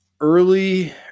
early